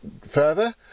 further